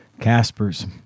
Casper's